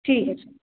ठीक है सर